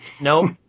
Nope